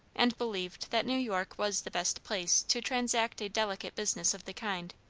and believed that new york was the best place to transact a delicate business of the kind.